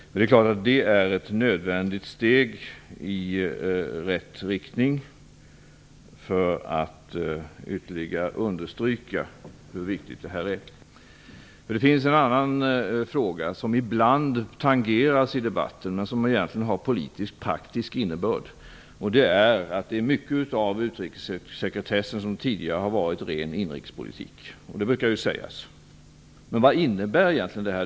Det är naturligtvis ett nödvändigt steg i rätt riktning för att ytterligare understryka hur viktigt det här är. Det finns en annan fråga som ibland tangeras i debatten men som egentligen har politiskt praktisk innebörd. Det brukar sägas att mycket av utrikessekretessen tidigare har varit ren inrikespolitik, men vad innebär det egentligen?